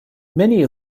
many